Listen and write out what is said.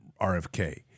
RFK